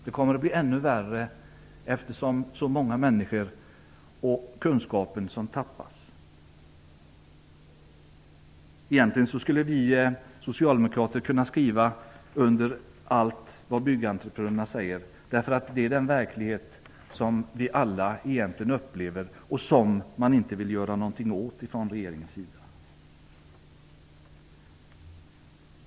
Det kommer att bli ännu värre eftersom så många människor och så mycket kunskap tappas. Egentligen skulle vi socialdemokrater kunna skriva under allt vad Byggentreprenörerna säger, därför att det är den verklighet som vi alla upplever och som man inte vill göra någonting åt från regeringens sida.